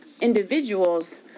individuals